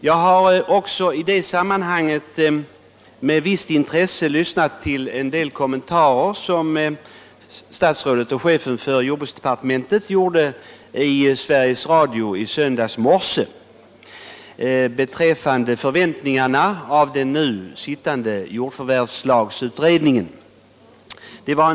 Jag lyssnade med ett visst intresse till en del kommentarer som jordbruksministern gjorde i Sveriges Radio i söndags morse beträffande de förväntningar med vilka man motser den nu sittande jordförvärvslagsutredningens betänkande.